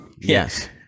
Yes